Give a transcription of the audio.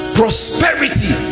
prosperity